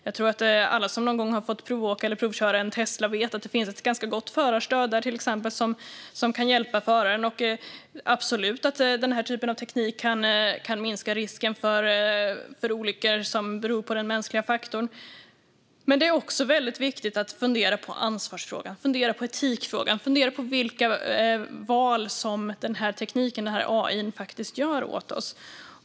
Jag tror att alla som någon gång har fått provåka eller provköra en Tesla vet att det finns ett ganska gott förarstöd, till exempel. Det kan hjälpa föraren, och den typen av teknik kan absolut minska risken för olyckor som beror på den mänskliga faktorn. Men det är också viktigt att fundera på ansvarsfrågan - på etikfrågan och på vilka val AI-tekniken faktiskt gör åt oss.